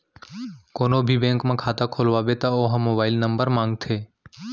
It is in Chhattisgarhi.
कोनो भी बेंक म खाता खोलवाबे त ओ ह मोबाईल नंबर मांगथे